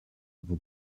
vos